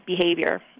behavior